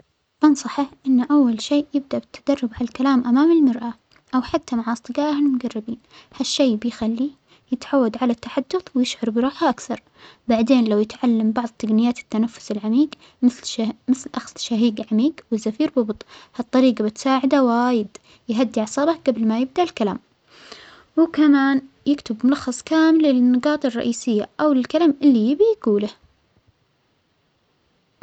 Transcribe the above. أنصحه أنو أول شيء يبدأ بالتدرب على الكلام أمام المرآة أو حتى مع أصدجائه المجربين، هالشيء بيخليه يتعود على التحدث ويشعر براحة أكثر، بعدين لو يتعلم بعظ تجنيات التنفس العميج مثل شه-مثل أخذ شهيج عميج وزفير ببطء هالطريجة بتساعده وايد يهدى أعصابه جبل ما يبدأ الكلام، وكمان يكتب ملخص كاملة للنجاط الرئيسية أو للكلام اللى يبغى يجوله.